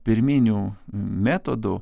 pirminių metodų